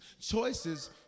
Choices